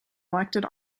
elected